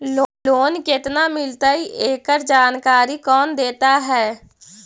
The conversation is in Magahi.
लोन केत्ना मिलतई एकड़ जानकारी कौन देता है?